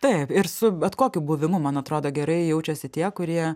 taip ir su bet kokiu buvimu man atrodo gerai jaučiasi tie kurie